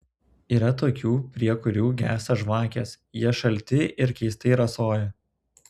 yra tokių prie kurių gęsta žvakės jie šalti ir keistai rasoja